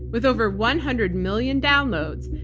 with over one hundred million downloads,